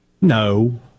No